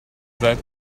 that